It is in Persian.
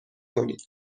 کنید